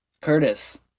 Curtis